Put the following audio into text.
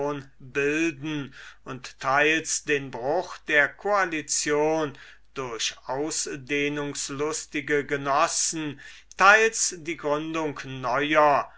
bilden und teils den bruch der koalition durch ausdehnungslustige genossen teils die gründung neuer